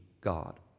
God